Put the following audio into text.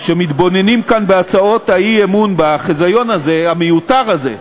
שמתבוננים כאן בהצעות האי-אמון, בחיזיון הזה,